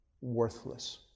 worthless